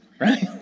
right